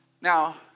Now